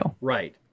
Right